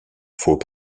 faut